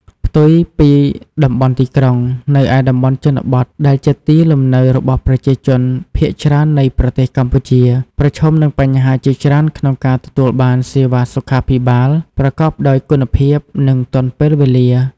ផ្ទុយពីតំបន់ទីក្រុង នៅឯតំបន់ជនបទដែលជាទីលំនៅរបស់ប្រជាជនភាគច្រើននៃប្រទេសកម្ពុជា ប្រឈមនឹងបញ្ហាជាច្រើនក្នុងការទទួលបានសេវាសុខាភិបាលប្រកបដោយគុណភាព និងទាន់ពេលវេលា។